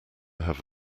have